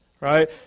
Right